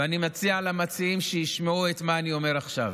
ואני מציע למציעים שישמעו את מה שאני אומר עכשיו,